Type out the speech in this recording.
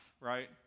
right